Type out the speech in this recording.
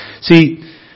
See